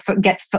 get